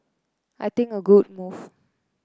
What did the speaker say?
I think a good move